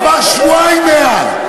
עברו שבועיים מאז.